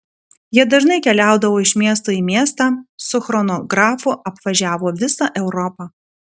jie dažnai keliaudavo iš miesto į miestą su chronografu apvažiavo visą europą